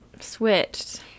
switched